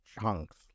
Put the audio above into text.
chunks